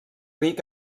ric